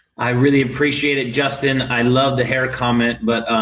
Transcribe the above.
i really appreciate it justin. i love the hair comment, but